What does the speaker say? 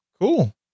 cool